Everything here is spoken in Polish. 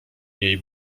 jej